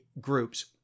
groups